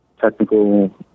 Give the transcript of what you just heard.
technical